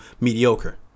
mediocre